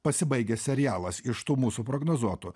pasibaigęs serialas iš tų mūsų prognozuotų